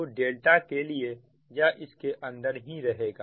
तो ∆ के लिए यह इसके अंदर ही रहेगा